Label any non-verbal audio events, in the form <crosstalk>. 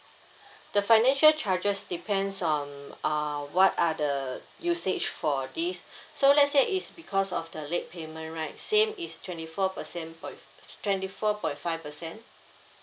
<breath> the financial charges depends on uh what are the usage for this <breath> so let's say is because of the late payment right same is twenty four percent point twenty four point five percent